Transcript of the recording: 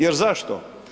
Jer zašto?